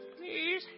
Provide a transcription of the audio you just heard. Please